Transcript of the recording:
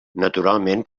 naturalment